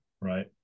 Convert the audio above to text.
right